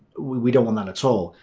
we we don't want that at all.